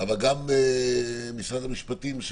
אבל גם משרד המשפטים,